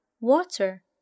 water